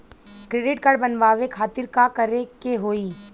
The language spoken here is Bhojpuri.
क्रेडिट कार्ड बनवावे खातिर का करे के होई?